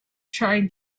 trying